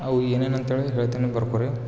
ಅವು ಏನೇನು ಅಂತೇಳಿ ಹೇಳ್ತಿನಿ ಬರ್ಕೋರಿ